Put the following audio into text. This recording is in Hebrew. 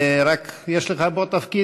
ורק יש לך פה תפקיד,